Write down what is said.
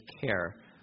care